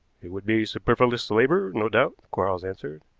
it would be superfluous labor, no doubt, quarles answered.